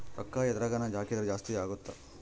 ರೂಕ್ಕ ಎದ್ರಗನ ಹಾಕಿದ್ರ ಜಾಸ್ತಿ ಅಗುತ್ತ